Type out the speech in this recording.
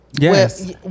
yes